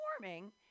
warming